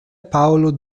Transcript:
paolo